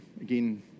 again